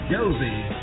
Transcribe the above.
Josie